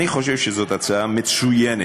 אני חושב שזאת הצעה מצוינת.